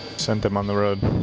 sent him on the road,